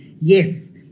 yes